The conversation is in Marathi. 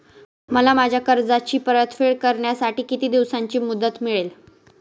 मला माझ्या कर्जाची परतफेड करण्यासाठी किती दिवसांची मुदत मिळेल?